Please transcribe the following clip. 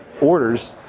orders